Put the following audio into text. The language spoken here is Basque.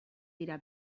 dira